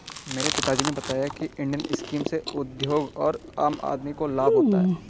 मेरे पिता जी ने बताया की इंडियन स्कीम से उद्योग और आम आदमी को लाभ होता है